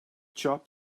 job